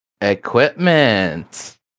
equipment